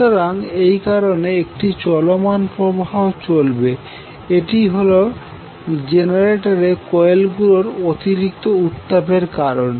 সুতরাং এই কারণে একটি চলমান প্রবাহ চলবে এবং এটিই হল জেনারেটরের কোয়েল গুলির অতিরিক্ত উত্তাপের কারণ